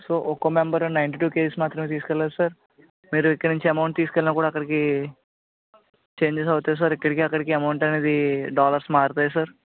so ఒక member ninety two KGs మాత్రమే తీసుకెళ్ళాలి సార్ మీరు ఇక్కడి నుంచి అమౌంట్ తీసుకెళ్ళినా కూడా అక్కడికి చేంజెస్ అవుతాయి సార్ ఇక్కడికి అక్కడికి అమౌంట్ అనేది డాలర్స్ మారతాయి సార్